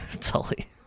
Tully